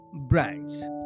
brands